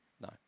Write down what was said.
No